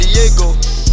Diego